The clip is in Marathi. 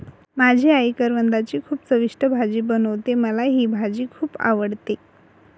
माझी आई करवंदाची खूप चविष्ट भाजी बनवते, मला ही भाजी खुप आवडते